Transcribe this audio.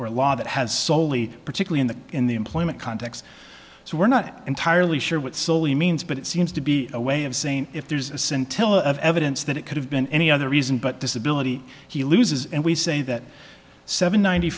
or law that has soley particular in the in the employment context so we're not entirely sure what silly means but it seems to be a way of saying if there's a scintilla of evidence that it could have been any other reason but disability he loses and we say that seven ninety